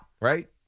right